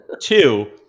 two